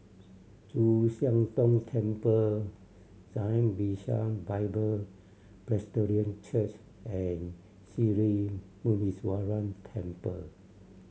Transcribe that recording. Chu Siang Tong Temple Zion Bishan Bible Presbyterian Church and Sri Muneeswaran Temple